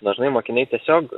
dažnai mokiniai tiesiog